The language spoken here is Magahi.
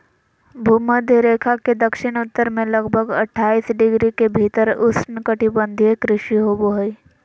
भूमध्य रेखा के दक्षिण उत्तर में लगभग अट्ठाईस डिग्री के भीतर उष्णकटिबंधीय कृषि होबो हइ